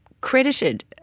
credited